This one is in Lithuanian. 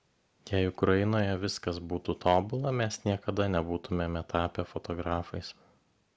jei ukrainoje viskas būtų tobula mes niekada nebūtumėme tapę fotografais